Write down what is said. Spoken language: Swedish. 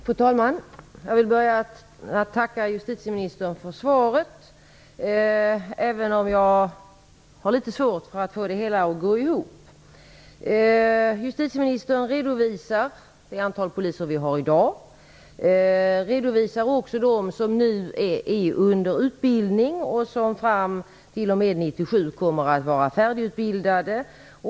Fru talman! Jag vill börja med att tacka justitieministern för svaret, även om jag har litet svårt för att få det hela att gå ihop. Justitieministern redovisar det antal poliser som vi har i dag. Hon redovisar också de som nu är under utbildning och som fram t.o.m. år 1997 kommer att vara färdigutbildade.